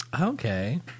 Okay